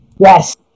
Yes